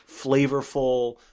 flavorful